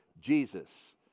Jesus